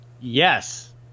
Yes